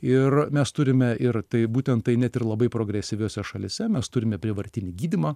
ir mes turime ir tai būtent tai net ir labai progresyviose šalyse mes turime prievartinį gydymą